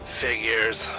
Figures